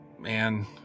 man